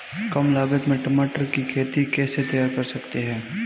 कम लागत में टमाटर की खेती कैसे तैयार कर सकते हैं?